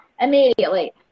immediately